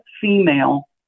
female